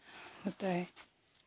होता है